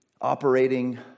operating